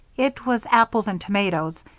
it was apples and tomatoes.